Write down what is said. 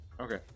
Okay